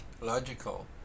logical